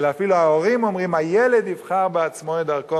אלא אפילו ההורים אומרים: הילד יבחר בעצמו את דרכו,